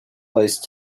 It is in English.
place